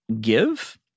give